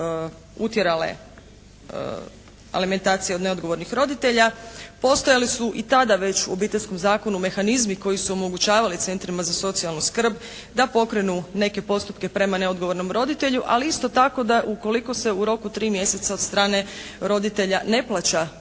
utjerale alimentacije od neodgovornih roditelja. Postojali su i tada već u Obiteljskom zakonu mehanizmi koji su omogućavali centrima za socijalnu skrb da pokrenu neke postupke prema neodgovornom roditelju, ali isto tako da ukoliko se u roku od tri mjeseca od strane roditelja ne plaća